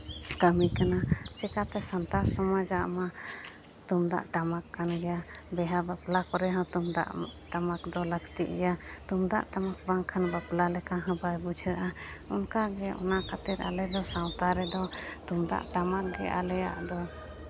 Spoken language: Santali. ᱠᱟᱹᱢᱤ ᱠᱟᱱᱟ ᱪᱤᱠᱟᱹᱛᱮ ᱥᱟᱱᱛᱟᱲ ᱥᱚᱢᱟᱡᱟᱜ ᱢᱟ ᱛᱩᱢᱫᱟᱜ ᱴᱟᱢᱟᱠ ᱠᱟᱱ ᱜᱮᱭᱟ ᱵᱤᱦᱟ ᱵᱟᱯᱞᱟ ᱠᱚᱨᱮ ᱦᱚᱸ ᱛᱩᱢᱫᱟᱜ ᱴᱟᱢᱟᱠ ᱫᱚ ᱞᱟᱹᱠᱛᱤᱜ ᱜᱮᱭᱟ ᱛᱩᱢᱫᱟᱜ ᱴᱟᱢᱟᱠ ᱵᱟᱝᱠᱷᱟᱱ ᱵᱟᱯᱞᱟ ᱞᱮᱠᱟ ᱦᱚᱸ ᱵᱟᱭ ᱵᱩᱡᱷᱟᱹᱜᱼᱟ ᱚᱱᱠᱟ ᱜᱮ ᱚᱱᱟ ᱠᱟᱛᱮᱫ ᱟᱞᱮ ᱫᱚ ᱥᱟᱶᱛᱟ ᱨᱮᱫᱚ ᱛᱩᱢᱫᱟᱜ ᱴᱟᱢᱟᱠ ᱜᱮ ᱟᱞᱮᱭᱟᱜ ᱫᱚ